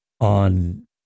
on